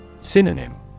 Synonym